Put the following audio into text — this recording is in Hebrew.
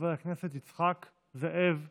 חבר הכנסת יצחק זאב פינדרוס.